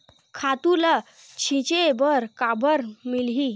खातु ल छिंचे बर काबर मिलही?